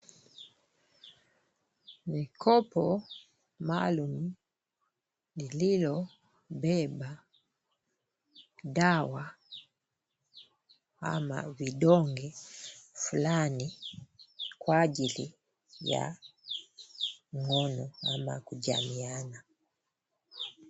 Mikopo maalumu lililobeba dawa ama vidonge fulani kwa ajili ya ngono ama kujamiiana.